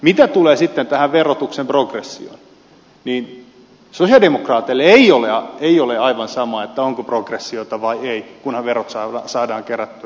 mitä tulee sitten tähän verotuksen progressioon niin sosialidemokraateille ei ole aivan sama onko progressiota vai ei kunhan verot saadaan kerättyä